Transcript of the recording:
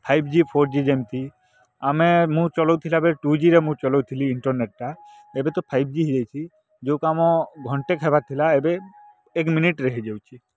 five G four G ଯେମିତି ଆମେ ମୁଁ ଚଲଉଥିଲା ବେଳେ ଟୁ ଜିରେ ମୁଁ ଚଲଉଥିଲି ଇଣ୍ଟରନେଟ୍ଟା ଏବେ ତ ଫାଇବ୍ ଜି ହୋଇଯାଇଛି ଯେଉଁ କାମ ଘଣ୍ଟେକ ହେବାର ଥିଲା ଏବେ ଏକ ମିନିଟ୍ରେ ହୋଇଯାଉଛି